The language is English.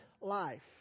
life